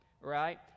right